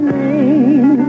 name